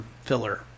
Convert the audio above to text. filler